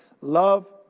love